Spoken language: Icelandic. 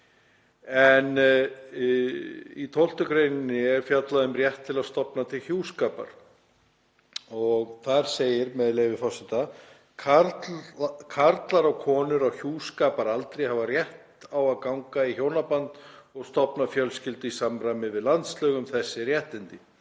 en í þeirri grein er fjallað um rétt til að stofna til hjúskapar. Þar segir, með leyfi forseta: „Karlar og konur á hjúskaparaldri hafa rétt á að ganga í hjónaband og stofna fjölskyldu í samræmi við landslög um þessi réttindi.“